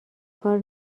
کار